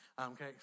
okay